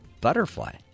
butterfly